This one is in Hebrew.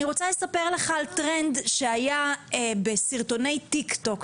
אני רוצה לספר לך על טרנד שהיה בסרטוני טיקטוק,